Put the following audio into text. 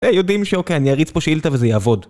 היי יודעים שאוקיי אני אריץ פה שאילתא וזה יעבוד